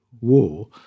war